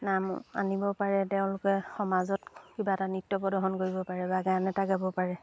নাম আনিব পাৰে তেওঁলোকে সমাজত কিবা এটা নৃত্য প্ৰদৰ্শন কৰিব পাৰে বা গান এটা গাব পাৰে